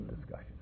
discussion